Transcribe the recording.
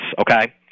okay